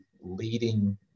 leading